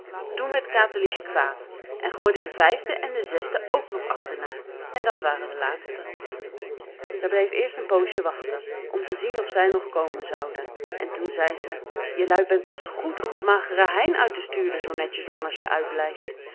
toen werd katerliesje kwaad en gooide de vijfde en de zesde ook nog achterna en dat waren de laatsten zij bleef eerst een poosje wachten om te zien of zij nog komen zouden en toen zei ze jelui bent pas goed om op mageren hein uit te sturen zoo netjes lang als je uitblijft